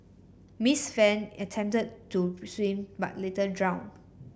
Miss Fan attempted to swim but later drowned